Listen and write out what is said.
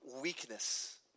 weakness